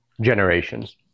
generations